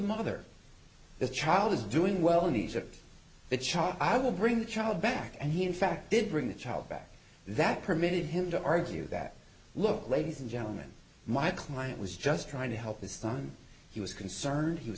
mother this child is doing well in each of the child i will bring the child back and he in fact did bring the child back that permitted him to argue that look ladies and gentlemen my client was just trying to help his son he was concerned he was